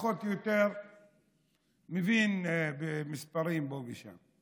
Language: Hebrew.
פחות או יותר מבין במספרים פה ושם.